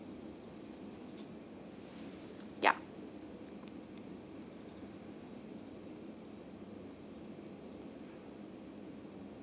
ya